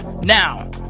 Now